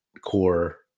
core